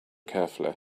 carefully